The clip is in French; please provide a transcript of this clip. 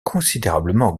considérablement